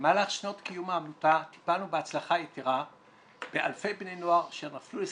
במהלך שנות קיום העמותה טיפלנו בהצלחה יתרה באלפי בני נוער שנפלו לסמים,